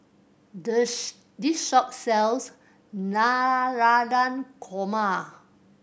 the this shop sells Korma